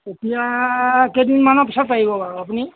এতিয়া কেইদিনমানৰ পিছত পাৰিব বাৰু আপুনি